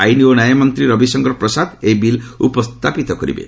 ଆଇନ୍ ଓ ନ୍ୟାୟ ମନ୍ତ୍ରୀ ରବିଶଙ୍କର ପ୍ରସାଦ ଏହି ବିଲ୍ ଉପସ୍ଥାପିତ କରିବେ